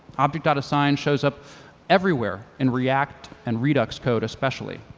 object assign shows up everywhere, in react and redux code especially.